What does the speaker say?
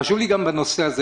חשוב לי לדעת גם את הנושא הזה,